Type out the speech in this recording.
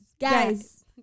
Guys